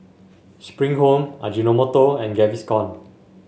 Spring Home Ajinomoto and Gaviscon